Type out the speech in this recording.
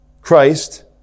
Christ